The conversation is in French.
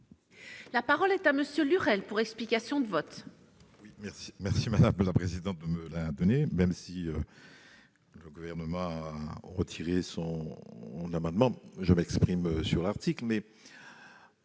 La parole est à M. Victorin Lurel, pour explication de vote.